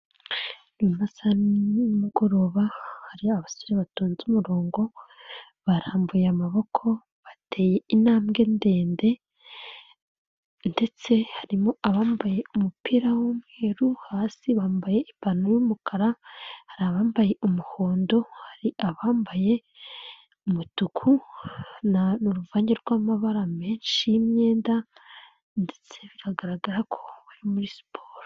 Ni mu masaha ya nimugoroba hari abasore batonze umurongo, barambuye amaboko, bateye intambwe ndende, ndetse harimo abambaye umupira w'umweru, hasi bambaye ipantaro, y'umukara, hari abambaye umuhondo, hari abambaye umutuku, n'uruvange rw'amabara menshi y'imyenda, ndetse bigaragara ko bari muri siporo.